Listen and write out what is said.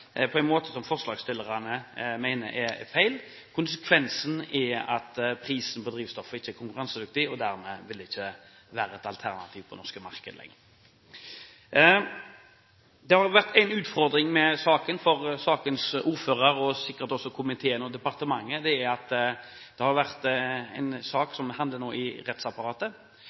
på en måte som forslagsstillerne mener er feil. Konsekvensen er at prisen på drivstoffet ikke er konkurransedyktig, og dermed vil det ikke være et alternativ på det norske markedet lenger. Det har vært en utfordring med saken for sakens ordfører, og sikkert også for komiteen og departementet, fordi det er en sak som nå havner i rettsapparatet.